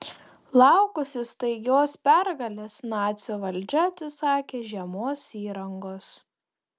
laukusi staigios pergalės nacių valdžia atsisakė žiemos įrangos